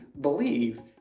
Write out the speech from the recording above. believe